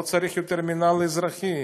לא צריך יותר מינהל אזרחי,